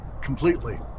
completely